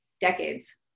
decades